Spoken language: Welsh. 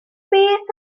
beth